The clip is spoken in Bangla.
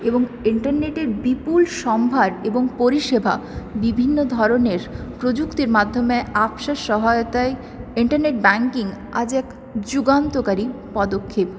এবং ইন্টারনেটের বিপুল সম্ভার এবং পরিষেবা বিভিন্ন ধরনের প্রযুক্তির মাধ্যমে অ্যাপসের সহায়তায় ইন্টারনেট ব্যাঙ্কিং আজ এক যুগান্তকারী পদক্ষেপ